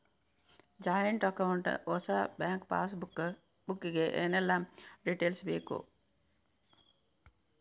Joint account ಹೊಸ bank passbook ಗೆ ಏನೆಲ್ಲ ಡೀಟೇಲ್ಸ್ ಬೇಕು?